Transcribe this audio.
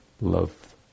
love